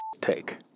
take